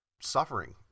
suffering